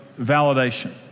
validation